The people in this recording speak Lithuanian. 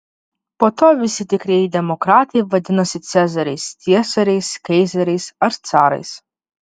po to visi tikrieji demokratai vadinosi cezariais ciesoriais kaizeriais ar carais